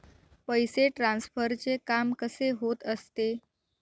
पैसे ट्रान्सफरचे काम कसे होत असते?